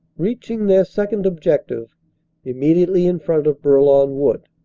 reaching their second ob jective immediately in front of bourlon wood,